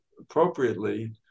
appropriately